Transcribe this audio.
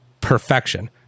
Perfection